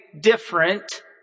different